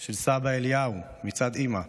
של סבא אליהו מצד אימא,